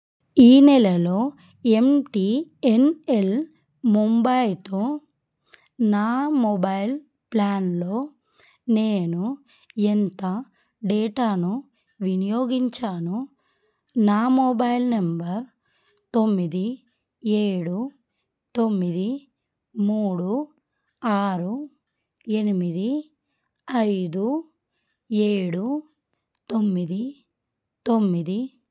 ఈ నెలలో ఎంటీఎన్ఎల్ ముంబైతో నా మొబైల్ ప్లాన్లో నేను ఎంత డేటాను వినియోగించాను నా మొబైల్ నెంబర్ తొమ్మిది ఏడు తొమ్మిది మూడు ఆరు ఎనిమిది ఐదు ఏడు తొమ్మిది తొమ్మిది